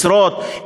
משרות,